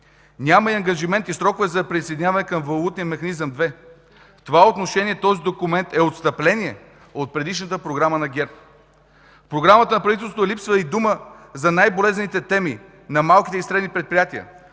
Няма и ангажимент, и срокове за присъединяване към Валутния механизъм 2. В това отношение този документ е отстъпление от предишната програма на ГЕРБ. В програмата на правителството липсва и дума за най-болезнените теми на малките и средни предприятия,